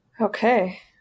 Okay